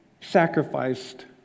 sacrificed